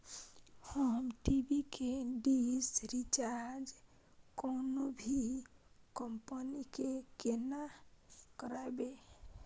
हम टी.वी के dish recharge कोनो भी कंपनी के केना करबे?